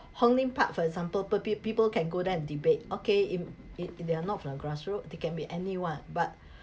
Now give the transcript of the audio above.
Hong-Lim park for example p~ p~ people can go there and debate okay if if they are not from grassroot they can be anyone but